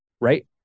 right